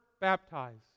baptized